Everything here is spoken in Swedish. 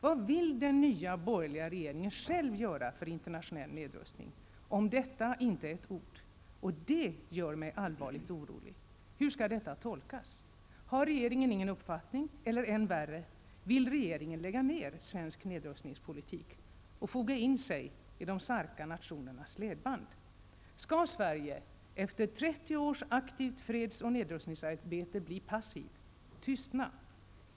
Vad vill den nya borgerliga regeringen själv göra för internationell nedrustning? Om detta finns inte ett ord, och det gör mig allvarligt orolig. Hur skall detta tolkas? Har regeringen ingen uppfattning, eller än värre vill regeringen lägga ner svensk nedrustningspolitik och foga in sig i de starka nationernas ledband? Skall Sverige efter trettio års aktivt freds och nedrustningsarbete bli passivt? Skall Sverige tystna?